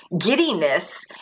giddiness